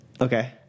okay